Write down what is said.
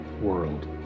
world